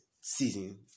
season